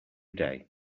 day